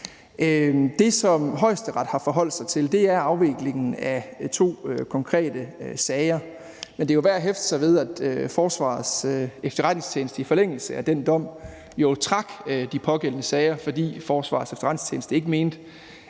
Det, som Højesteret har forholdt sig til, er afviklingen af to konkrete sager, men det er værd at hæfte sig ved, at Forsvarets Efterretningstjeneste i forlængelse af den dom jo trak de pågældende sager, fordi Forsvarets Efterretningstjeneste ikke mente,